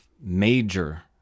major